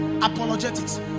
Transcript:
Apologetics